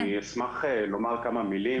אני אשמח לומר כמה מילים.